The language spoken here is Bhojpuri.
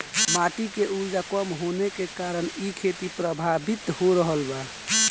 माटी के उर्वरता कम होखला के कारण इ खेती प्रभावित हो रहल बा